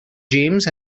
james